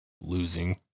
losing